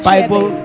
Bible